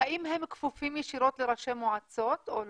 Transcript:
האם הם כפופים ישירות לראשי המועצות או לא?